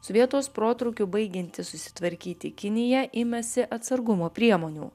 su vietos protrūkiu baigianti susitvarkyti kinija ėmėsi atsargumo priemonių